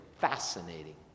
fascinating